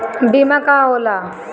बीमा का होला?